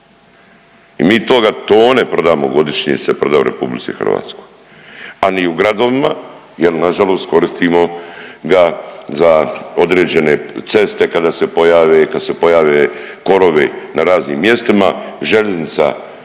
I mi toga tone prodamo godišnje se proda u RH, a ni u gradovima jer nažalost koristimo ga za određene ceste kada se pojave, kada se pojave korovi na raznim mjestima, željeznica također